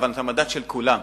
אבל את המדד של כולם.